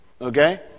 okay